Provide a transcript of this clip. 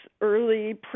early